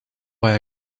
why